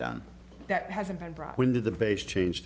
done that hasn't been brought into the base change